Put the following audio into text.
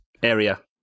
Area